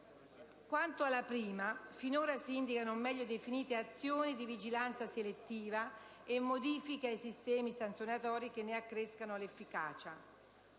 sul lavoro, si citano non meglio definite «azioni di vigilanza selettiva» e «modifiche ai sistemi sanzionatori che ne accrescano l'efficacia».